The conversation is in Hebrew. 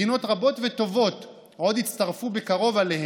מדינות רבות וטובות עוד יצטרפו בקרוב אליהן,